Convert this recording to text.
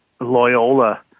Loyola